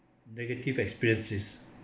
negative experiences